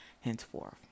henceforth